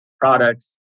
products